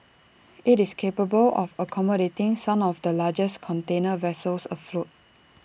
IT is capable of accommodating some of the largest container vessels afloat